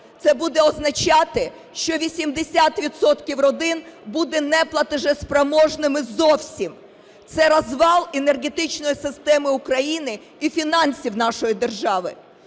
Це буде означати, що 80 відсотків родин будуть неплатоспроможними зовсім. Це розвал енергетичної системи України і фінансів нашої держави.